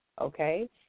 Okay